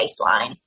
Baseline